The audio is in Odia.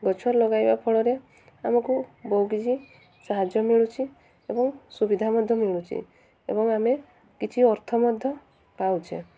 ଗଛ ଲଗାଇବା ଫଳରେ ଆମକୁ ବହୁ କିଛି ସାହାଯ୍ୟ ମିଳୁଛି ଏବଂ ସୁବିଧା ମଧ୍ୟ ମିଳୁଛି ଏବଂ ଆମେ କିଛି ଅର୍ଥ ମଧ୍ୟ ପାଉଛେ